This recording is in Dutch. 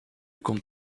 komt